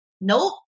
Nope